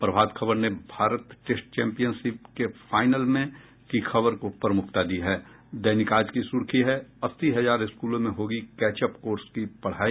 प्रभात खबर ने Bharat test championship के final में की खबर को प्रमुखता दी है दैनिक आज की सुर्खी है अस्सी हजार स्कूलों में होगी कैचअप कोर्स की पढ़ाई